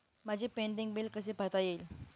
माझे pending bill कसे पाहता येईल?